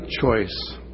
choice